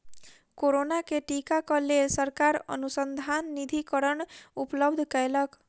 corona के टीका क लेल सरकार अनुसन्धान निधिकरण उपलब्ध कयलक